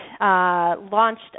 Launched